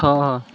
ଛଅ